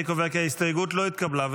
אני קובע כי ההסתייגות לא התקבלה.